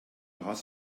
hast